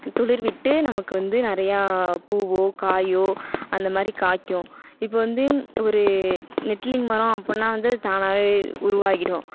துளிர்விட்டு நமக்கு வந்து நிறையா பூவோ காயோ அந்த மாதிரி காய்க்கும் இப்போ வந்து ஒரு நெட்லிங் மரம் அப்புடின்னா வந்து அது தானாவே உருவாகிவிடும்